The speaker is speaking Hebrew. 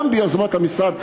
גם ביוזמת המשרד.